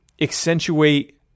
accentuate